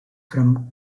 from